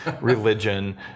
religion